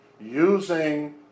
using